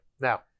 Now